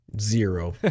Zero